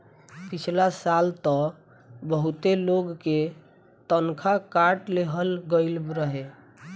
पिछला साल तअ बहुते लोग के तनखा काट लेहल गईल रहे